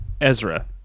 Ezra